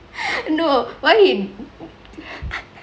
no what he